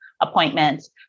appointments